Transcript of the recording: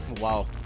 Wow